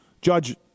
Judge